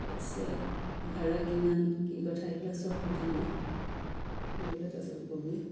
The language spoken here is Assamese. তাৰপিছত ভাৰা কিমান কি কথা সেইবিলাক সব সুধিবি সুধি পেলাই তাৰপিছত কবি